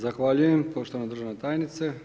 Zahvaljujem poštovana državna tajnice.